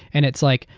and it's like,